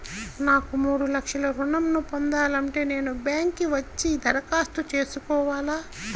నాకు మూడు లక్షలు ఋణం ను పొందాలంటే నేను బ్యాంక్కి వచ్చి దరఖాస్తు చేసుకోవాలా?